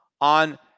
on